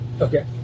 okay